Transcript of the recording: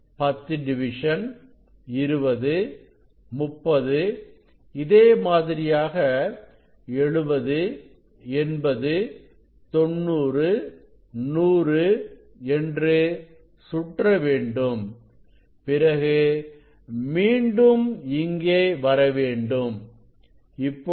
10 டிவிஷன்20 30 இதே மாதிரியாக7080 90 100 என்று சுற்ற வேண்டும் பிறகு மீண்டும் இங்கே வர வேண்டும் இப்பொழுது 2